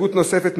ההסתייגות של